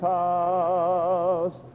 house